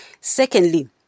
secondly